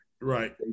Right